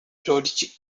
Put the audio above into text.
prodigy